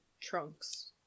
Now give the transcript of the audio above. trunks